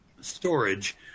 storage